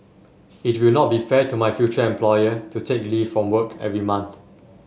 it will not be fair to my future employer to take leave from work every month